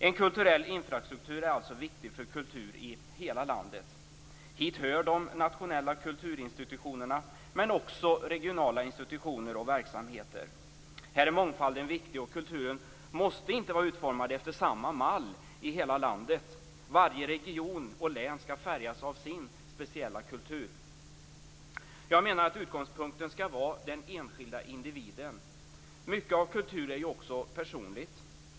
En kulturell infrastruktur är alltså viktig för kultur i hela landet. Hit hör de nationella kulturinstitutionerna men också regionala institutioner och verksamheter. Här är mångfalden viktig, och kulturen måste inte vara utformad efter samma mall i hela landet. Varje region och län skall färgas av sin speciella kultur. Jag menar att utgångspunkten skall vara den enskilda individen. Mycket av kultur är ju också personligt.